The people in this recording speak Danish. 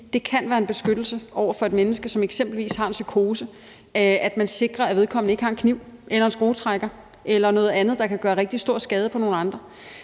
det kan være en beskyttelse over for et menneske, der eksempelvis har en psykose, at man sikrer, at vedkommende ikke har en kniv eller en skruetrækker eller noget andet, der kan gøre rigtig stor skade på nogle